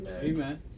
Amen